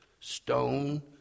stone